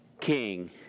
king